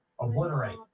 obliterate